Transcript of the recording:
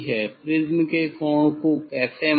prism के कोण को कैसे मापें